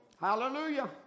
Hallelujah